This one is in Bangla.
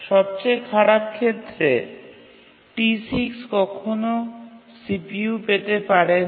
সবচেয়ে খারাপ ক্ষেত্রে T6 কখনও CPU পেতে পারে না